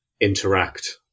interact